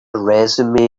resume